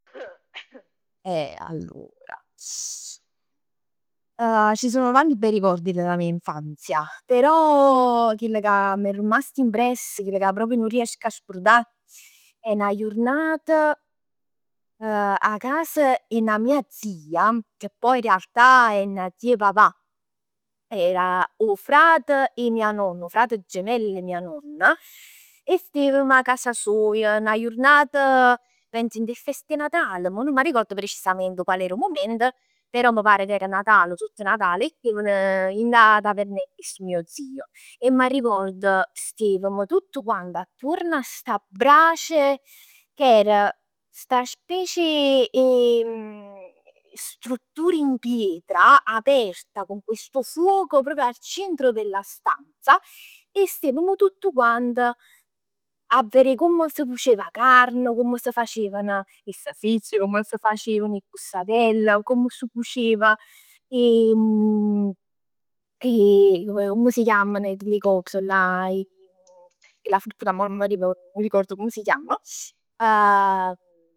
Eh allora ci sono tanti bei ricordi della mia infanzia, però chill ca m'è rimasto impress, chill ca proprio nun riesco 'a scurdà è 'na jurnata 'a casa 'e 'na mia zia che poi in realtà è 'na zia 'e papà. Era 'o frat 'e mia nonna, 'o frate gemello 'e mia nonna e stevem 'a casa soja, 'na jurnat dint 'e fest 'e Natal, mo nun m'arricord precisamente quale era 'o mument, però mi pare che era Natale, sotto Natale e stevem dint 'a tavernett 'e stu mio zio e m'arricordo, stevm tutt quant attuorn 'a sta brace che era sta specie 'e struttur in pietra, aperta con questo fuoco proprio al centro della stanza. E stevemo tutt quant 'a verè comm s' cucev 'a carna, comm s' facevn 'e sasicc, comm s' facevn 'e custatell, comm s' cucev 'e comm si chiamman chill cos là, 'e chella frutta ca mo nun m'arricord, non mi ricordo comm s' chiamm.